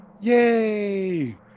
Yay